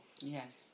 Yes